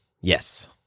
Yes